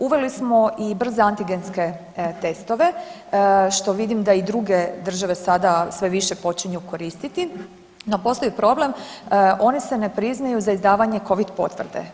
Uveli smo i brze antigenske testove, što vidim da i druge države sada sve više počinju koristiti, no postoji problem, one se ne priznaju za izdavanje Covid potvrde.